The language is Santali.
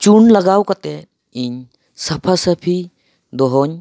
ᱪᱩᱱ ᱞᱟᱜᱟᱣ ᱠᱟᱛᱮ ᱤᱧ ᱥᱟᱯᱷᱟ ᱥᱟᱹᱯᱷᱤ ᱫᱚᱦᱚᱹᱧ